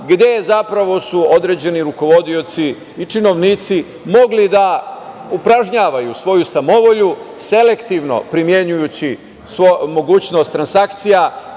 gde su zapravo određeni rukovodioci i činovnici mogli da upražnjavaju svoju samovolju selektivno primenjujući mogućnost transakcija